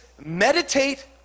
meditate